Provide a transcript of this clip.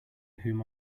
whom